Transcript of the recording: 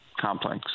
complex